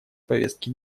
повестки